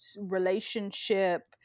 relationship